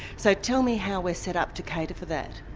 so tell me how we're set up to cater for that.